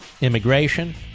immigration